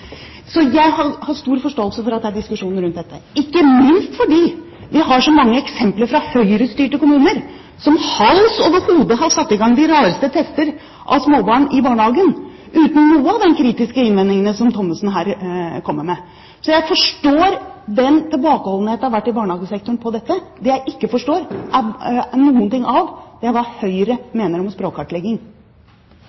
så skal en treåring ha hjelp. Jeg har stor forståelse for at det er diskusjon rundt dette, ikke minst fordi vi har så mange eksempler fra Høyre-styrte kommuner, som hals over hode har satt i gang de rareste tester av småbarn i barnehagen uten noen av de kritiske innvendingene som Thommessen her kommer med. Så jeg forstår den tilbakeholdenhet som har vært i barnehagesektoren når det gjelder dette. Det jeg ikke forstår noe av, er hva Høyre